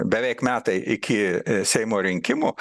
beveik metai iki seimo rinkimų